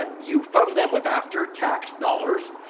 ah you fund them with after tax-dollars.